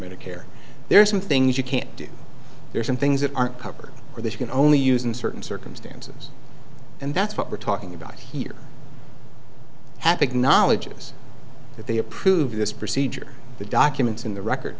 medicare there are some things you can't do there are some things that aren't covered or that you can only use in certain circumstances and that's what we're talking about here at acknowledges that they approved this procedure the documents in the record